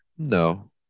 No